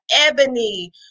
Ebony